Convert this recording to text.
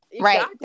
right